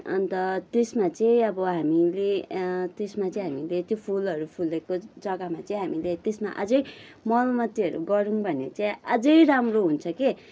अन्त त्यसमा चाहिँ अब हामीले त्यसमा चाहिँ हामीले त्यो फुलहरू फुलेको जग्गामा चाहिँ हामीले त्यसमा अझै मल मट्टीहरू गऱ्यौँ भने चाहिँ अझै राम्रो हुन्छ के